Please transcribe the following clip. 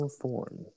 form